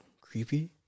creepy